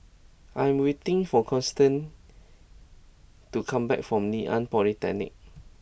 I am waiting for Constantine to come back from Ngee Ann Polytechnic